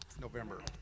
November